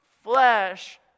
flesh